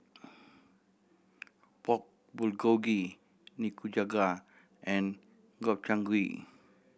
Pork Bulgogi Nikujaga and Gobchang Gui